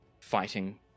fighting